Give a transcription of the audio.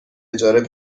اجاره